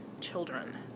children